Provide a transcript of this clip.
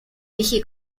dije